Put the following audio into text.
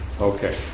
Okay